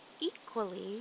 equally